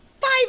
five